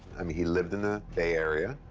i mean, he lived in the bay area.